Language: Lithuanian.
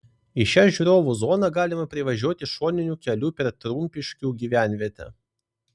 į šią žiūrovų zoną galima privažiuoti šoniniu keliu per trumpiškių gyvenvietę